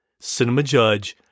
Cinemajudge